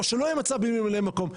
או שלא יהיה מצב בלי ממלא מקום,